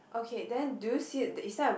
okay then do you see is there a